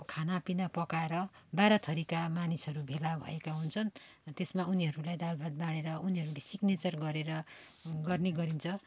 खानापिना पकाएर बाह्रथरीका मानिसहरू भेला भएका हुन्छन् त्यसमा उनीहरूलाई दाल भात बाँढेर उनीहरूले सिग्नेचर गरेर गर्ने गरिन्छ